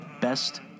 Best